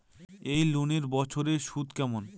এই লোনের বছরে সুদ কেমন?